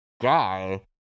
guy